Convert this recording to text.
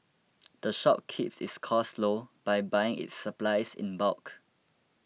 the shop keeps its costs low by buying its supplies in bulk